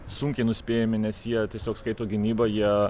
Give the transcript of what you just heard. sunkiai nuspėjami nes jie tiesiog skaito gynybą jie